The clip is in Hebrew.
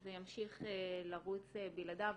זה ימשיך לרוץ בלעדיו.